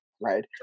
right